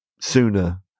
sooner